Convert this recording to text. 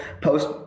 post